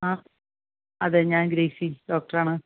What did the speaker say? ആ അതെ ഞാൻ ഗ്രേസി ഡോക്ടർ ആണ്